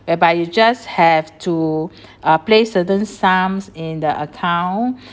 whereby you just have to uh play certain sums in the account